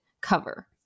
cover